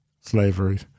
slavery